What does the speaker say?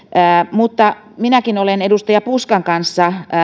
mutta minä olen edustaja puskan kanssa